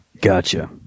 Gotcha